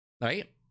Right